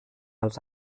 els